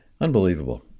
Unbelievable